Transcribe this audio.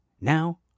Now